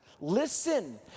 Listen